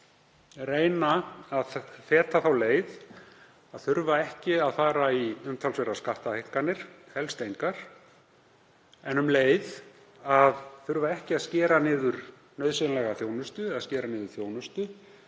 að reyna að feta þá leið að þurfa ekki að fara í umtalsverðar skattahækkanir, helst engar, en um leið að þurfa ekki að skera niður nauðsynlega þjónustu eða skera niður þjónustu